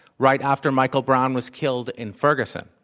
right after michael brown was killed in ferguson.